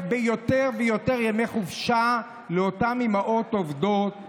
ביותר ויותר ימי חופשה לאותן אימהות עובדות,